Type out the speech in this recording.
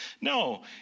No